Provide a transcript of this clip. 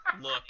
look